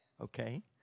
Okay